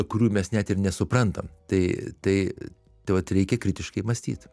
kurių mes net ir nesuprantam tai tai tai vat reikia kritiškai mąstyt